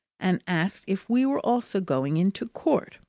and asked if we were also going into court.